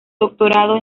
doctorado